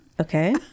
okay